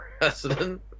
president